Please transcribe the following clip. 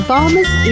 Farmers